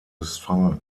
westfalen